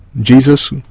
Jesus